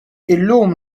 illum